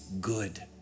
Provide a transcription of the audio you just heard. good